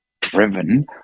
driven